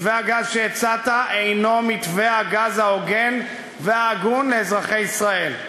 מתווה הגז שהצעת אינו מתווה הגז ההוגן וההגון לאזרחי ישראל.